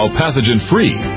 pathogen-free